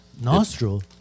nostril